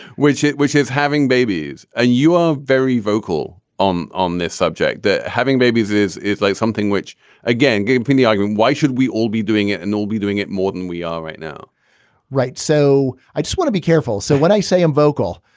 which it which is having babies. ah you are very vocal on on this subject that having babies is is like something which again gave the argument, why should we all be doing it and we'll be doing it more than we are right now right. so i just want to be careful. so when i say i'm vocal,